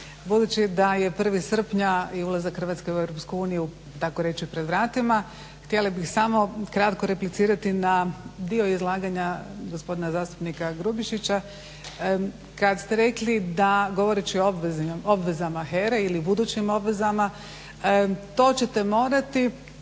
budući da je 1. srpnja i ulazak Hrvatske u Europsku uniju takoreći pred vratima htjela bih samo kratko replicirati na dio izlaganja gospodina zastupnika Grubišića kad ste rekli da govoreći o obvezama HERA-e ili budućim obvezama, to ćete morati